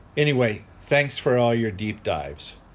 anyway thanks for all your deep dives.